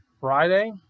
Friday